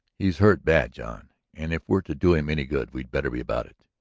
he's hurt bad, john. and, if we're to do him any good we'd better be about it.